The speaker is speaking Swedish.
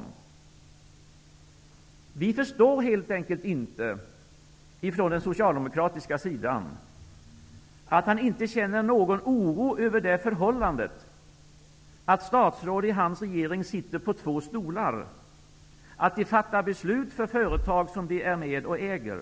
Från socialdemokratisk sida förstår vi helt enkelt inte att han inte känner någon oro över det förhållandet att statsråd i hans regering sitter på två stolar; att de fattar beslut för företag som de är med och äger.